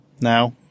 now